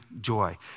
joy